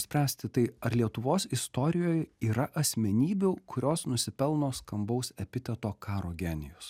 spręsti tai ar lietuvos istorijoj yra asmenybių kurios nusipelno skambaus epiteto karo genijus